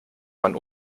man